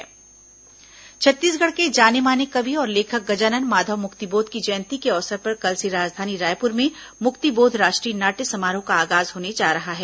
मुक्तिबोध नाट्य समारोह छत्तीसगढ़ के जाने माने कवि और लेखक गजानन माधव मुक्तिबोध की जयंती के अवसर पर कल से राजधानी रायपुर में मुक्तिबोध राष्ट्रीय नाट्य समारोह का आगाज होने जा रहा है